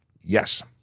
Yes